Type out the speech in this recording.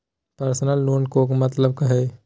Personal loan के का मतलब हई?